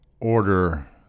order